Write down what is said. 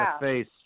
face